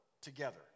together